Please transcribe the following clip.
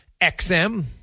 XM